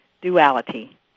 Duality